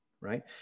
right